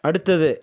அடுத்தது